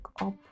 up